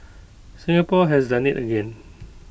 Singapore has done IT again